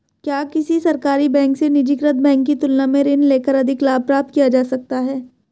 क्या किसी सरकारी बैंक से निजीकृत बैंक की तुलना में ऋण लेकर अधिक लाभ प्राप्त किया जा सकता है?